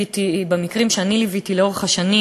ובמקרים שאני ליוויתי לאורך השנים,